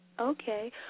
Okay